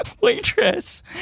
waitress